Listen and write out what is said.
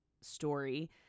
story